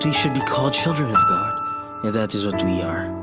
should be called children of god and that is what we are.